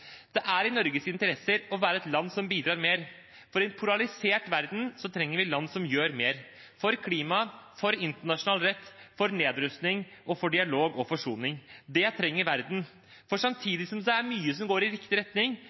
Det er i Norges interesse å være et land som bidrar mer, for i en polarisert verden trenger vi land som gjør mer – for klimaet, for internasjonal rett, for nedrustning og for dialog og forsoning. Det trenger verden. Samtidig som det er mye som går i riktig retning,